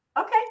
Okay